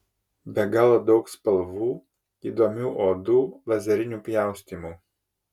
be galo daug spalvų įdomių odų lazerinių pjaustymų